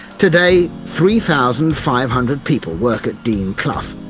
today, three thousand five hundred people work at dean clough.